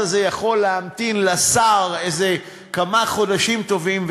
הזה יכול להמתין לשר כמה חודשים טובים,